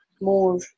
more